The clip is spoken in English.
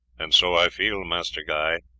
and so i feel, master guy.